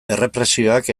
errepresioak